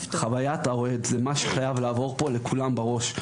חווית האוהד זה משהו שחייב לעבור פה לכולם בראש,